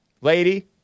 lady